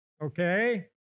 okay